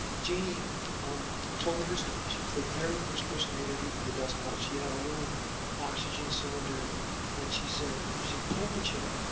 jeannie um told me her story. she was the very first person i interviewed for the dust bowl. she had a little oxygen cylinder and she said, pull up a chair.